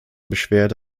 beschwerde